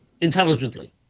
intelligently